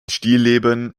stillleben